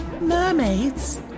Mermaids